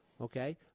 okay